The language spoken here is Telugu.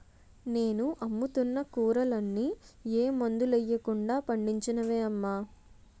నేను అమ్ముతున్న కూరలన్నీ ఏ మందులెయ్యకుండా పండించినవే అమ్మా